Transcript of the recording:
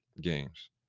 games